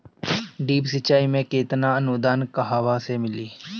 Drip सिंचाई मे केतना अनुदान कहवा से मिली?